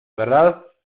verdad